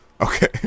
Okay